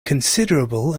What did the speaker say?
considerable